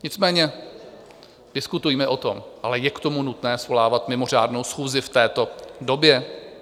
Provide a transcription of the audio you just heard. Nicméně diskutujme o tom, ale je k tomu nutné svolávat mimořádnou schůzi v této době?